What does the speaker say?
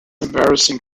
embarrassing